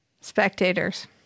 Spectators